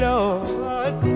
Lord